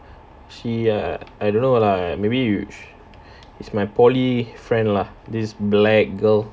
she err I don't know lah maybe you it's my poly friend lah this black girl